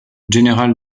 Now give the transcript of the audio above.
general